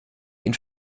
ihn